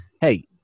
hey